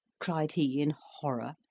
cried he in horror,